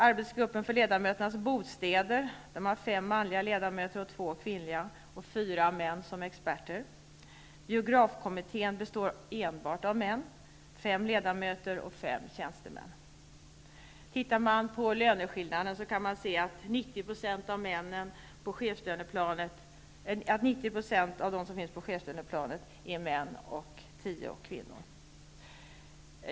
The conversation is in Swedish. Arbetsgruppen för ledamöternas bostäder har fem manliga ledamöter och två kvinnliga. Det är fyra män som är experter. Biografikommittén består enbart av män. Det är fem ledamöter och fem tjänstemän. Om man tittar på löneskillnaderna kan man se att 90 % av dem som finns på chefslöneplanet är män och 10 % kvinnor.